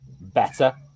better